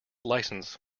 licence